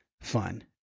fun